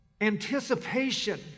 Anticipation